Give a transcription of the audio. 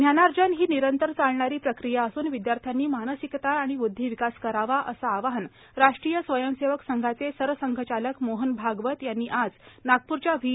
ज्ञानार्जन ही निरंतर चालणारी प्रक्रिया असून विद्याध्र्यांनी मानसिकता आणि बुद्धिविकास करावे असं आवाह्न राश्ट्रीय स्वयंसेवक संघाचे सरसंघचालक मोहन भागवत यांनी आज नागपूरच्या व्ही